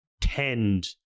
tend